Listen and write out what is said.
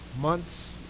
Months